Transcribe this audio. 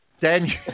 Daniel